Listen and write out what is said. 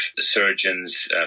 surgeons